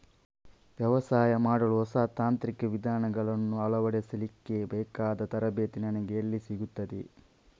ವ್ಯವಸಾಯ ಮಾಡಲು ಹೊಸ ತಾಂತ್ರಿಕ ವಿಧಾನಗಳನ್ನು ಅಳವಡಿಸಲಿಕ್ಕೆ ಬೇಕಾದ ತರಬೇತಿ ನನಗೆ ಎಲ್ಲಿ ಸಿಗುತ್ತದೆ?